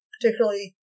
particularly